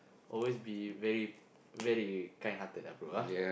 always be very very kindhearted ah bro ah